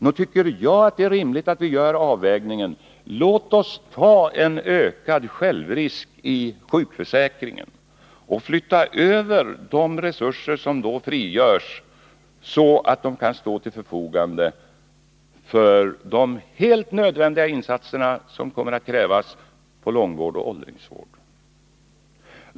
Nog tycker jag att det är rimligt att vi gör en avvägning och säger oss: Låt oss ta en ökad självrisk i sjukförsäkringen och flytta över de resurser som då frigörs, så att de kan stå till förfogande för de helt nödvändiga insatser som kommer att krävas inom långvård och åldringsvård!